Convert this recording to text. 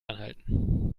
anhalten